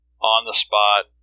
on-the-spot